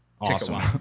Awesome